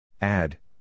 Add